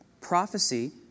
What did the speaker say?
Prophecy